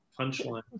Punchline